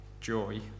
joy